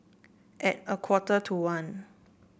at a quarter to one